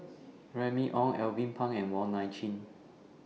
Remy Ong Alvin Pang and Wong Nai Chin